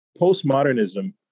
Postmodernism